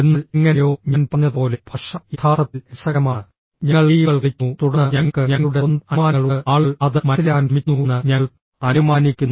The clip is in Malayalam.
എന്നാൽ എങ്ങനെയോ ഞാൻ പറഞ്ഞതുപോലെ ഭാഷ യഥാർത്ഥത്തിൽ രസകരമാണ് ഞങ്ങൾ ഗെയിമുകൾ കളിക്കുന്നു തുടർന്ന് ഞങ്ങൾക്ക് ഞങ്ങളുടെ സ്വന്തം അനുമാനങ്ങളുണ്ട് ആളുകൾ അത് മനസിലാക്കാൻ ശ്രമിക്കുന്നുവെന്ന് ഞങ്ങൾ അനുമാനിക്കുന്നു